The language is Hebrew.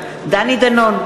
דנון,